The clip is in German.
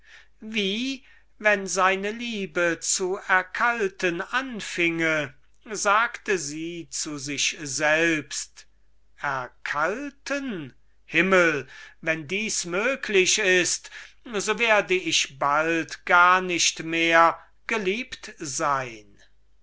wie wenn seine liebe zu erkalten anfinge sagte sie zu sich selbst erkalten himmel wenn das möglich ist so werde ich bald gar nicht mehr geliebt sein